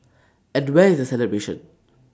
and where is the celebration